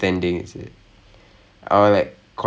eh ah அதே தான் அதே தான்:athae thaan athae thaan